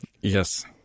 Yes